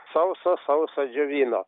sauso sauso džiovino